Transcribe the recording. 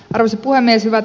arvoisa puhemies